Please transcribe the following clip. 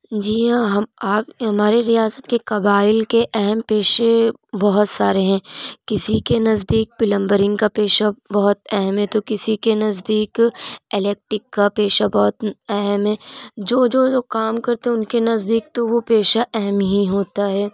جی ہاں ہم آپ ہماری ریاست کے قبائل کے اہم پیشے بہت سارے ہیں کسی کے نزدیک پلمبرنگ کا پیشہ بہت اہم ہے تو کسی کے نزدیک الیکٹرک کا پیشہ بہت اہم ہے جو جو جو کام کرتے ہیں ان کے نزدیک تو وہ پیشہ اہم ہی ہوتا ہے